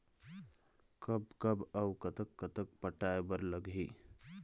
कब कब अऊ कतक कतक पटाए बर लगही